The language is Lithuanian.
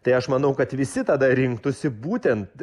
tai aš manau kad visi tada rinktųsi būtent